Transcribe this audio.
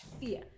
fear